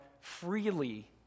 freely